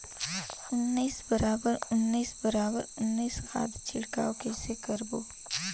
उन्नीस बराबर उन्नीस बराबर उन्नीस खाद छिड़काव कइसे करबो?